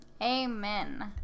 Amen